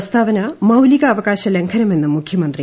പ്രസ്താവന മൌല്പിക്ടാവകാശ ലംഘനമെന്നും മുഖ്യമന്ത്രി